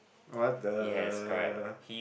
what the